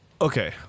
Okay